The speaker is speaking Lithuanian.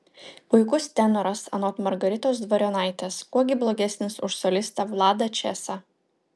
puikus tenoras anot margaritos dvarionaitės kuo gi blogesnis už solistą vladą česą